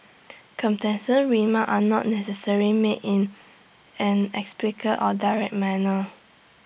remarks are not necessarily made in an or direct manner